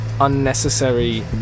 Unnecessary